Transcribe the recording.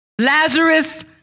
Lazarus